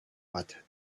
but